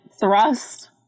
thrust